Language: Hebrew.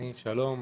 שלום רב,